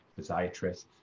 physiatrists